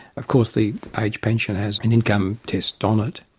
of course the age pension has an income test on it.